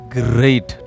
great